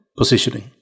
positioning